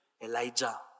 Elijah